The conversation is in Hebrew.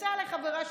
נכנסה אליי חברה שלי.